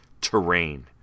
Terrain